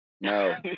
No